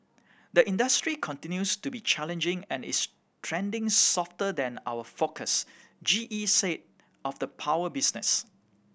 the industry continues to be challenging and is trending softer than our forecast G E said of the power business